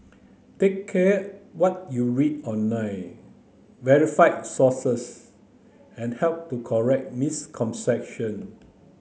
take care what you read online verify sources and help to correct misconception